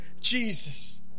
Jesus